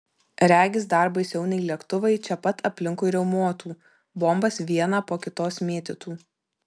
regis dar baisiau nei lėktuvai čia pat aplinkui riaumotų bombas vieną po kitos mėtytų